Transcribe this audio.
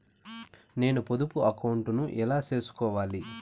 నేను పొదుపు అకౌంటు ను ఎలా సేసుకోవాలి?